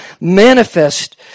manifest